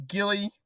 Gilly